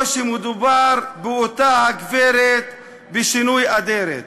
או שמדובר באותה הגברת בשינוי אדרת?